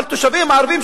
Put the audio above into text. אבל תושבים ערבים,